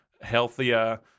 healthier